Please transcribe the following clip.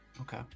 Okay